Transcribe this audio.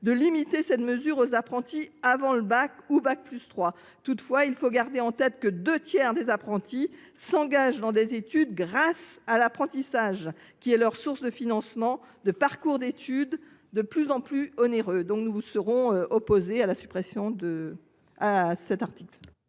de limiter cette mesure aux apprentis de niveau bac ou d’un niveau inférieur à bac+3. Toutefois, il faut garder en tête que deux tiers des apprentis s’engagent dans des études grâce à l’apprentissage, qui est une source de financement des parcours d’études, de plus en plus onéreux. Nous voterons donc la suppression de cet article.